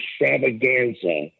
extravaganza